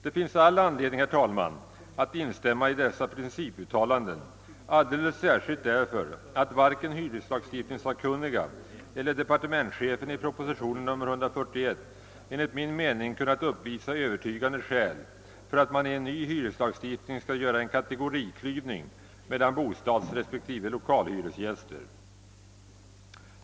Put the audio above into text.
Det finns all anledning, herr talman, att instämma i dessa principuttalanden, alldeles särskilt därför att varken hyreslagstiftningssakkunniga eller departementschefen i proposition nr 141 enligt min mening kunnat uppvisa Övertygande skäl för att man i en ny hyreslagstiftning skall göra en kategoriklyvning mellan bostadsrespektive lokalhyresgäster.